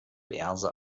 verse